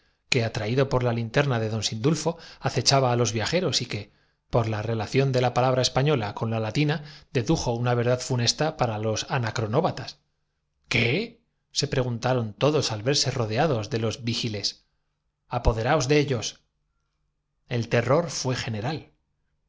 que atraído por la linterna de don sindulfo acechaba á los viajeros y que por la relación de la palabra española con la latina dedujo una verdad funesta para los anacronóbatas pero como los gritos fuesen en au qué se preguntaron todos al verse rodeados mento les aplicaron unas mordazas y de los vigiles maniatados los condujeron á la presen apoderaos de ellos cia del prefecto que en desenfrenada el terror fué general